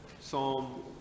Psalm